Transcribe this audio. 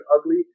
ugly